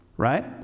right